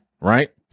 Right